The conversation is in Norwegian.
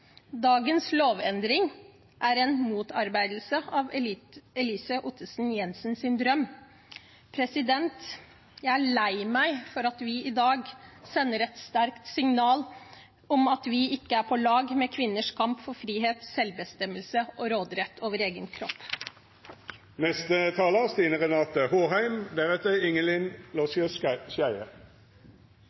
Dagens lovendring er en motarbeidelse av Elise Ottesen-Jensens drøm. Jeg er lei meg for at vi i dag sender et sterkt signal om at vi ikke er på lag med kvinners kamp for frihet, selvbestemmelse og råderett over egen kropp.